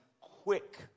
quick